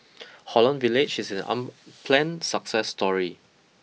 Holland Village is an unplanned success story